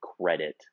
credit